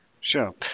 Sure